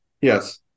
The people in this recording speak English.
Yes